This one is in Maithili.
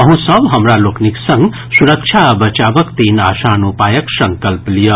अहूँ सब हमरा लोकनिक संग सुरक्षा आ बचावक तीन आसान उपायक संकल्प लियऽ